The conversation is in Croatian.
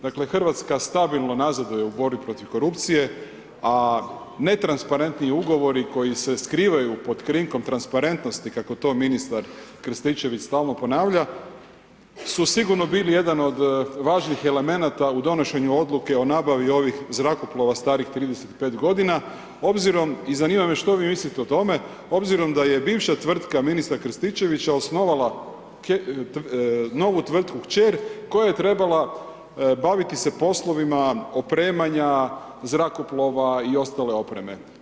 Dakle, Hrvatska stabilno nazaduje u borbi protiv korupcije, a netransparentni ugovori koji se skrivaju pod krinkom transparentnosti kako to ministar Krstičević stalno ponavlja su sigurno bili jedan od važnih elemenata u donošenju odluke o nabavi ovih zrakoplova starih 35 godina obzirom i zanima me što vi mislite o tome obzirom da je bivša tvrtka ministra Krstičevića osnovala novu tvrtku kćer koja je trebala baviti se poslovima opremanja zrakoplova i ostale opreme.